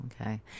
Okay